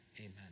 amen